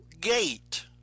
gate